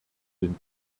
den